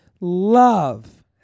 love